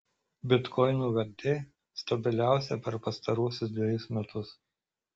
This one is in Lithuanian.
bitkoino vertė stabiliausia per pastaruosius dvejus metus